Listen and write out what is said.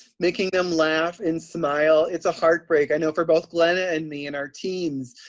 making them laugh and smile, it's a heartbreak, i know, for both glenna and me and our teams.